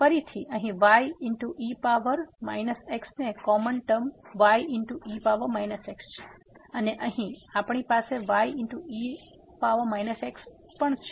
તેથી ફરીથી અહીં y e power minus x એ common term y e x છે અને અહીં આપણી પાસે y e x પણ છે